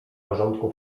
porządku